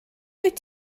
wyt